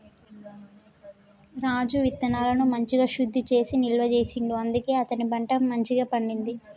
రాజు విత్తనాలను మంచిగ శుద్ధి చేసి నిల్వ చేసిండు అందుకనే అతని పంట మంచిగ పండింది